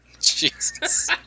Jesus